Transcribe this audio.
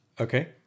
Okay